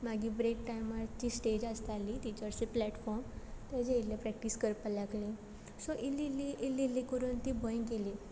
मागीर ब्रेक टायमार ती स्टेज आसताली टिचर्स प्लॅटफॉम तेजे इल्लें प्रॅक्टीस करपा लागलें सो इल्ली इल्ली इल्ली इल्ली करून ती भंय गेली